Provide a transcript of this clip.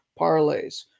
parlays